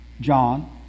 John